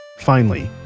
finally,